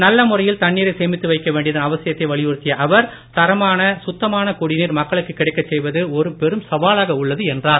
நல்ல முறையில் தண்ணீரை சேமித்து வைக்க வேண்டியதன் அவசியத்தை வலியுறுத்திய அவர் தரமான சுத்தமான குடிநீர் மக்களுக்கு கிடைக்கச் செய்வது ஒரு பெரும் சவாலாக உள்ளது என்றார்